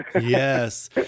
yes